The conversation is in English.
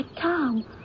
Tom